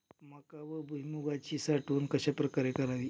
मका व भुईमूगाची साठवण कशाप्रकारे करावी?